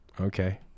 okay